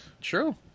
True